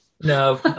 No